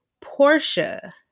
Portia